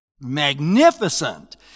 magnificent